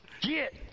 Get